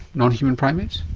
non-human primates?